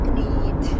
need